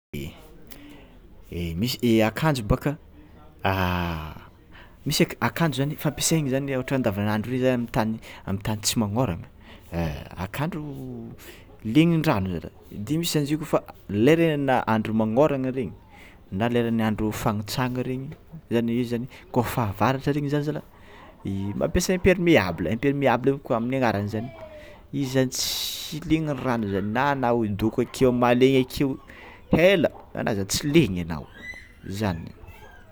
Misy akanjo bôka misy akanjo fampiasany zany ohatra andavanandro regny zany amy tany amy tany tsy magnôragna akanjo legnan-dragno za raha de misy zany izy efa leran'ny andro magnôragna na leran'ny andro fagnetsana regny kô fahavaratra regny zagny zalah mampiasa impermeable impermeable aminy agnarany zany, izy zany tsy legnan'ny rano zany na anao akeo idôko akeo amy mahalegna akeo hela agnao zany tsy legny anao, zany.